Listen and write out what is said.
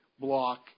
block